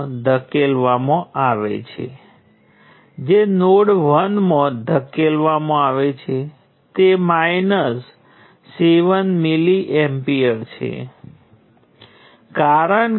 અને આપણે પહેલાથી જ આ કામ કર્યું છે તમે પહેલાથી જ જાણો છો કે રેઝિસ્ટર અને કંટ્રોલ સ્ત્રોતો સાથે સર્કિટનું વિશ્લેષણ કેવી રીતે કરવું